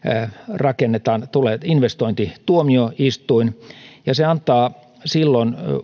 rakennetaan investointituomioistuin ja se antaa silloin